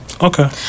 Okay